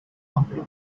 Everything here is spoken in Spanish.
pamplona